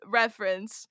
reference